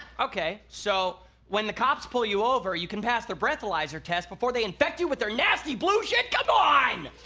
okay so when the cops pull you over, you can pass their breathalyzer test before they infect you with their nasty blue shit? come on!